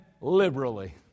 liberally